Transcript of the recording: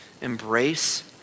Embrace